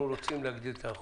אנחנו רוצים להגדיל את האחוזים.